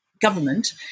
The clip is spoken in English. government